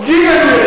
"ג'"